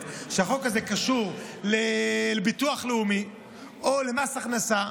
שהחוק הזה קשור לביטוח לאומי או למס הכנסה,